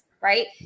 Right